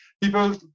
people